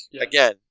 again